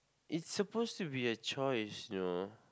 it's supposed to be a choice you know